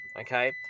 okay